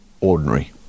ordinary